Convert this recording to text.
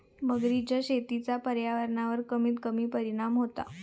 मगरीच्या शेतीचा पर्यावरणावर कमीत कमी परिणाम होता